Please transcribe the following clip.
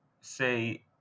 say